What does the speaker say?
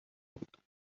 بود